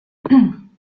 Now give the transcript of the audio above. von